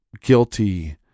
guilty